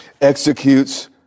executes